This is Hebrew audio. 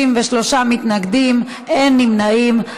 33 מתנגדים, אין נמנעים.